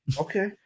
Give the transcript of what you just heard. Okay